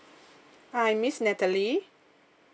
I'm miss natalie